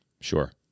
sure